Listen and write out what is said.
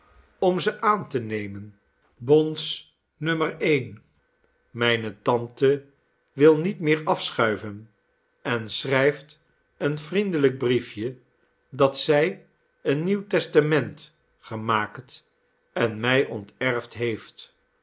om ze aan te nemen bons nommer een mijne tante wil niet meer afschuiven en schrijft een vriendelijk briefje dat zij een nieuw testament gemaakt en mij onterfd heeft